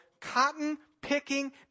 cotton-picking